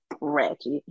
ratchet